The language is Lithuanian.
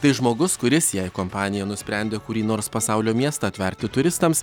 tai žmogus kuris jei kompanija nusprendė kurį nors pasaulio miestą atverti turistams